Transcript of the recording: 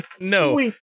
no